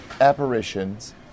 apparitions